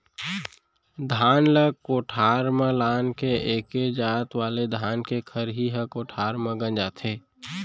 धान ल कोठार म लान के एके जात वाले धान के खरही ह कोठार म गंजाथे